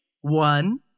One